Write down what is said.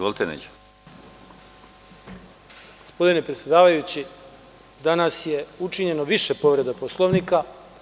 Gospodine predsedavajući, danas je učinjeno više povreda Poslovnika.